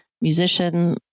musician